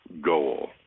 goal